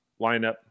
lineup